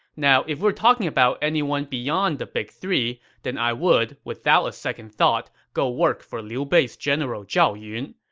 now if we're talking about anyone beyond the big three, then i would, without a second thought, go work for liu bei's general zhao yun.